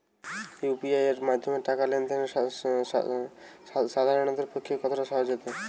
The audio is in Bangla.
ইউ.পি.আই এর মাধ্যমে টাকা লেন দেন সাধারনদের পক্ষে কতটা সহজসাধ্য?